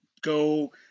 go